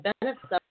benefits